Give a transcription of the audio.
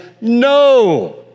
No